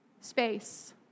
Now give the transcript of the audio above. space